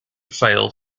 failed